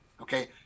okay